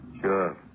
Sure